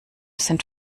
sind